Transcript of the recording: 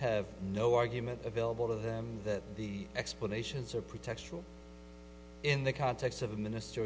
have no argument available to them that the explanations are pretextual in the context of a minister